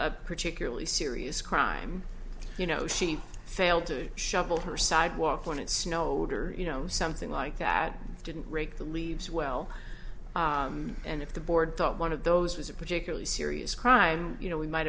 a particularly serious crime you know she failed to shovel her sidewalk on it's no wonder you know something like that didn't rake the leaves well and if the board thought one of those was a particularly serious crime you know we might